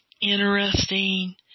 interesting